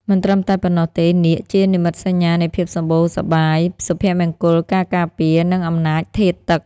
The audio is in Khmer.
មិនត្រឹមតែប៉ុណ្ណោះទេ នាគ ជានិមិត្តសញ្ញានៃភាពសម្បូរសប្បាយ សុភមង្គល ការការពារ និងអំណាចធាតុទឹក។